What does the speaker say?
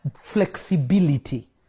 Flexibility